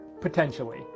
potentially